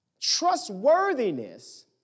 Trustworthiness